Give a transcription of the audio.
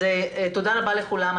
תודה רבה לכולם.